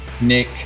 Nick